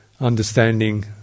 understanding